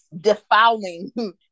defiling